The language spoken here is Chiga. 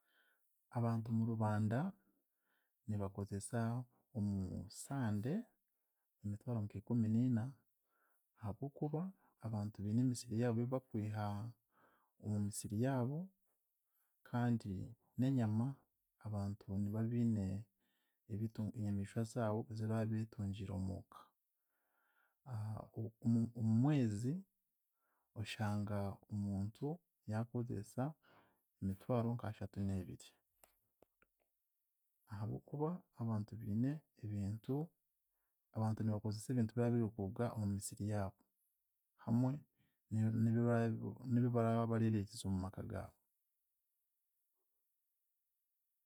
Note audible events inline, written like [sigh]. Abantu mu Rubanda nibakozesa omu [hesitation] Sande emitwaro nkikumi niina ahabw'okuba abantu biine emisiri yaabo ebi bakwiha omu misiri yaabo kandi n'enyama, abantu niba biine ebitu enyamishwa zaabo eziba beetungiire muka, [hesitation] omu omu mwezi oshanga omuntu yaakozesa emitwaro nk'ashatu neebiri ahabw'okuba, abantu biine ebintu, abantu nibakozea ebintu byabo ebikuruga omu misiri yaabo hamwe n'ebi baraba n'ebi baraba [unintelligible] omu maka gaabo.